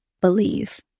believe